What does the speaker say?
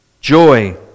joy